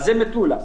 זה מטולה.